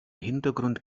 hintergrund